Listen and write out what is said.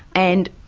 and,